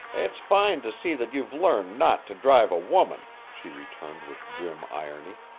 it's fine to see that you've learned not to drive a woman, she returned with grim irony.